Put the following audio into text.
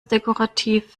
dekorativ